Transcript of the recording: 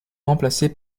remplacés